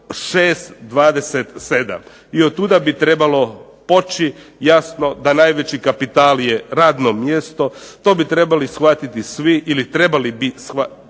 i otuda bi trebalo poći. Jasno da najveći kapital je radno mjesto. To bi trebali shvatiti svi ili trebali bi shvatiti